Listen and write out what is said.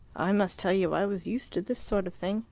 i must tell you i was used to this sort of thing.